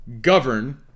govern